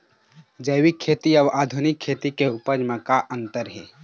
जैविक खेती अउ आधुनिक खेती के उपज म का अंतर हे?